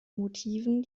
motiven